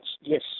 yes